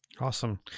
awesome